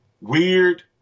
weird